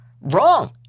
Wrong